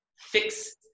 fix